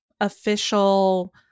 official